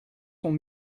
sont